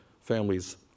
families